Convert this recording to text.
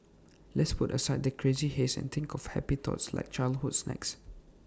let's put aside the crazy haze and think of happy thoughts like childhood snacks